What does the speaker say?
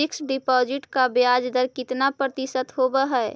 Fix deposit का ब्याज दर कितना प्रतिशत होब है?